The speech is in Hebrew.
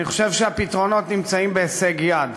אני חושב שהפתרונות נמצאים בהישג יד.